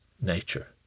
nature